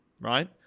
right